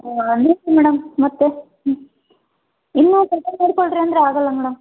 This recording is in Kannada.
ಹ್ಞೂ ಮೇಡಮ್ ಮತ್ತು ಇನ್ನೂ ಕಡಿಮೆ ಮಾಡಿಕೊಳ್ರಿ ಅಂದರೆ ಆಗೋಲ್ಲ ಮೇಡಮ್